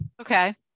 Okay